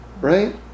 Right